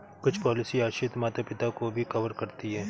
कुछ पॉलिसी आश्रित माता पिता को भी कवर करती है